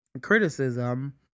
criticism